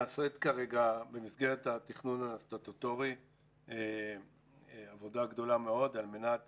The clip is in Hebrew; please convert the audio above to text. נעשית כרגע במסגרת התכנון הסטטוטורי עבודה גדולה מאוד על מנת